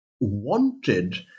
wanted